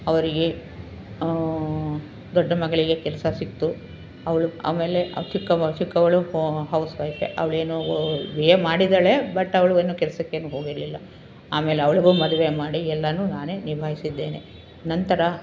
ಅವರಿಗೆ ದೊಡ್ಡ ಮಗಳಿಗೆ ಕೆಲಸ ಸಿಕ್ಕಿತು ಅವಳು ಆಮೇಲೆ ಚಿಕ್ಕ ಮ ಚಿಕ್ಕವಳು ಹೊ ಹೌಸ್ವೈಫೇ ಅವಳೇನೂ ಓ ಬಿ ಎ ಮಾಡಿದ್ದಾಳೆ ಬಟ್ ಅವಳು ಏನೂ ಕೆಲ್ಸಕ್ಕೇನೂ ಹೋಗಿರಲಿಲ್ಲ ಆಮೇಲೆ ಅವಳಿಗೂ ಮದುವೆ ಮಾಡಿ ಎಲ್ಲನೂ ನಾನೇ ನಿಭಾಯಿಸಿದ್ದೇನೆ ನಂತರ